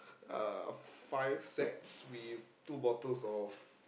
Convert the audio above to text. uh five sets with two bottles of